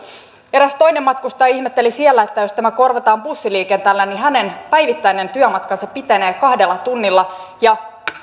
eräs toinen matkustaja ihmetteli siellä että jos tämä korvataan bussiliikenteellä niin hänen päivittäinen työmatkansa pitenee kahdella tunnilla ja